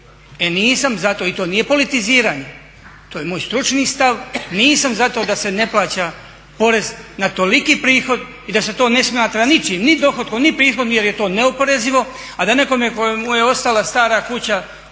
E nisam za to i to nije politiziranje, to je moj stručni stav, nisam za to da se ne plaća porez na toliki prihod i da se to ne smatra ničim, ni dohotkom, ni prihod jer je to neoporezivo. A da nekome kojemu je ostala stara kuća